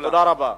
תודה רבה.